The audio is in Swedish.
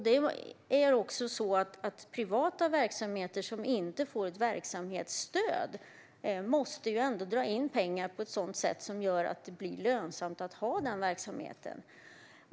Det är också så att privata verksamheter, som inte får ett verksamhetsstöd, ändå måste dra in pengar så att det blir lönsamt att ha verksamheterna.